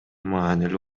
маанилүү